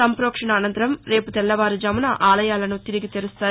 సంప్రోక్షణ అనంతరం రేపు తెల్లవారుజామున ఆలయాలను తిరిగి తెరుస్తారు